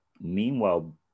meanwhile